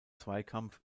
zweikampf